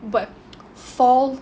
but fall